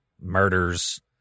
murders